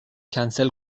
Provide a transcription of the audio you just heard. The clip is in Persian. کنسل